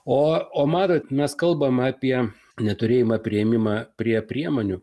o o matot mes kalbam apie neturėjimą priėmimą prie priemonių